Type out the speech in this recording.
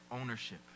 ownership